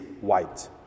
white